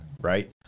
right